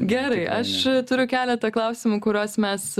gerai aš turiu keletą klausimų kuriuos mes